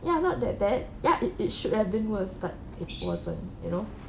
ya not that bad ya it it should have been worse but it wasn't you know